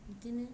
बिदिनो